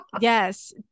Yes